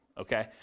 okay